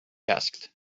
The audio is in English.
asked